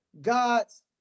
God's